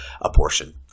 abortion